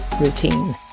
routine